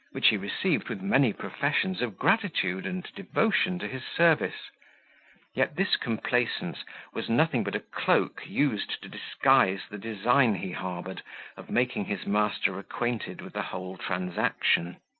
which he received with many professions of gratitude and devotion to his service yet this complaisance was nothing but a cloak used to disguise the design he harboured of making his master acquainted with the whole transaction.